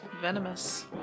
Venomous